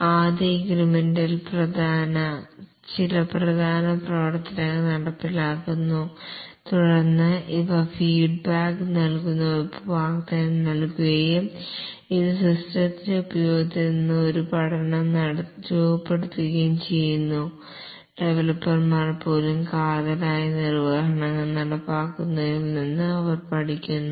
ആദ്യ ഇൻക്രിമെന്റിൽ ചില പ്രധാന പ്രവർത്തനങ്ങൾ നടപ്പിലാക്കുന്നു തുടർന്ന് ഇവ ഫീഡ്ബാക്ക് നൽകുന്ന ഉപഭോക്താവിന് നൽകുകയും ഇത് സിസ്റ്റത്തിന്റെ ഉപയോഗത്തിൽ നിന്ന് ഒരു പഠനം രൂപപ്പെടുത്തുകയും ചെയ്യുന്നു ഡെവലപ്പർമാർ പോലും കാതലായ നിർവഹണങ്ങൾ നടപ്പിലാക്കുന്നതിൽ നിന്ന് അവർ പഠിക്കുന്നു